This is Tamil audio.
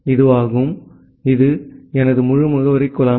எனவே இது எனது முழு முகவரிக் குளம்